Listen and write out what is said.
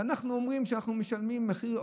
ואנחנו אומרים שאנחנו משלמים מחיר.